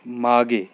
मागे